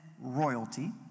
royalty